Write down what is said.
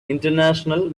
international